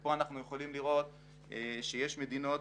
ופה אנחנו יכולים לראות שיש מדינות